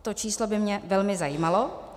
To číslo by mě velmi zajímalo.